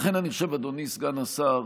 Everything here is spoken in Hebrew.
לכן, אני חושב, אדוני סגן השר,